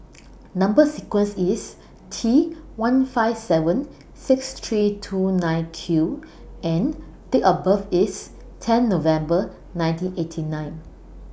Number sequence IS T one five seven six three two nine Q and Date of birth IS ten November nineteen eighty nine